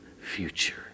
future